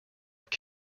have